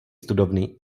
studovny